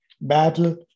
battle